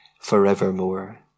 forevermore